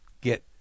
get